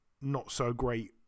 not-so-great